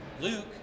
luke